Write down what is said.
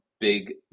Big